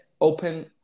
open